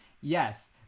Yes